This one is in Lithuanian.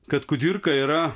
kad kudirka yra